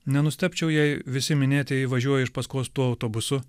nenustebčiau jei visi minėtieji važiuoja iš paskos tuo autobusu